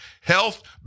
Health